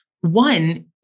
one